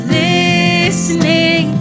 listening